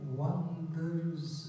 wonders